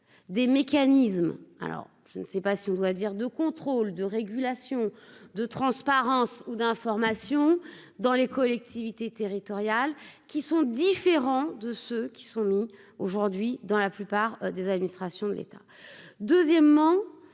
des mécanismes, alors je ne sais pas si on doit dire de contrôle de régulation de transparence ou d'information dans les collectivités territoriales qui sont différents de ceux qui sont mis aujourd'hui dans la plupart des administrations de l'État, deuxièmement,